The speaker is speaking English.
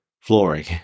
flooring